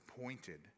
pointed